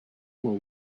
will